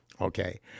Okay